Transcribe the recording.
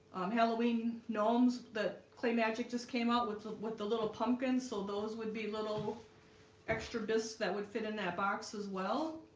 halloween gnomes that clay magic just came out with with the little pumpkins so those would be little extra bisque that would fit in that box as well